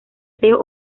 seis